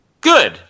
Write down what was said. Good